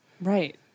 right